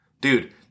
dude